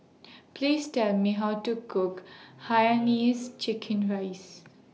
Please Tell Me How to Cook Hainanese Chicken Rice